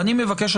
אני מבקש,